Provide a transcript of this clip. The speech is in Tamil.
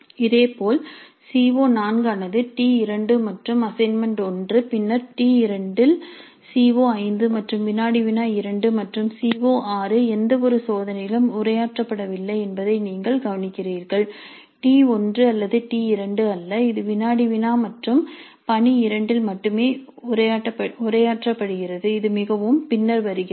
இதேபோல் சி ஓ4 ஆனது T2 மற்றும் அசைன்மென்ட் 1 பின்னர் T2 இல் சி ஓ5 மற்றும் வினாடி வினா 2 மற்றும் சி ஓ6 எந்தவொரு சோதனையிலும் உரையாற்றப்படவில்லை என்பதை நீங்கள் கவனிக்கிறீர்கள் T1 அல்லது T2 அல்ல இது வினாடி வினா 2 மற்றும் பணி 2 இல் மட்டுமே உரையாற்றப்படுகிறது இது மிகவும் பின்னர் வருகிறது